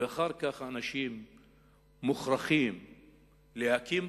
ואחר כך האנשים מוכרחים להקים בית.